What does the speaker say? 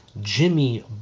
Jimmy